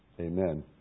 amen